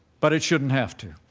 but it shouldn't have to.